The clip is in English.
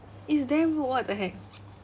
it's damn what the heck